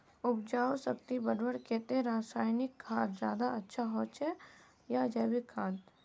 उपजाऊ शक्ति बढ़वार केते रासायनिक खाद ज्यादा अच्छा होचे या जैविक खाद?